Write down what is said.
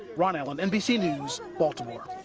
ron allen, nbc news, baltimore.